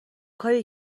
کاریه